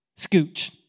Scooch